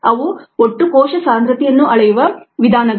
ಅವು ಒಟ್ಟು ಕೋಶ ಸಾಂದ್ರತೆಯನ್ನು ಅಳೆಯುವ ವಿಧಾನಗಳು